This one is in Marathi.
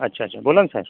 अच्छा अच्छा बोला ना साहेब